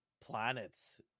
planets